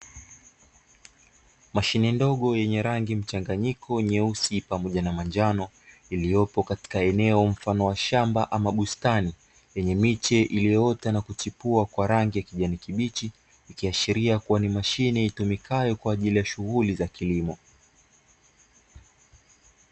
Mashine ndogo yenye rangi mchanganyiko nyeusi pamoja manjano, iliyopo katika eneo mfano wa shamba au bustani, yenye miche iliyoota na kuchipua kwa rangi ya kijani kibichi, ikiashiria kuwa ni mashine itumikayo kwa ajili ya shughuli za kilimo.